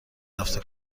هفته